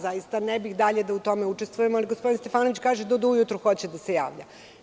Zaista ne bih dalje da u tome učestvujem, ali gospodin Stefanović kaže da do ujutro hoće da se javlja.